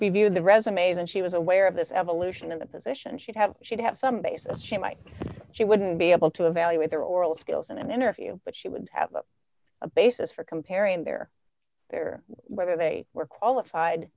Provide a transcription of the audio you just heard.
reviewed the resumes and she was aware of this evolution of the position she'd have she'd have some basis she might she wouldn't be able to evaluate their oral skills in an interview but she would have a basis for comparing their their whether they were qualified